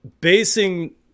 basing